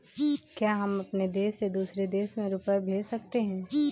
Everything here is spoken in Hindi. क्या हम अपने देश से दूसरे देश में रुपये भेज सकते हैं?